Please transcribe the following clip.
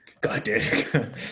Goddamn